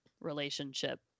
relationship